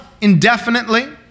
indefinitely